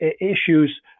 issues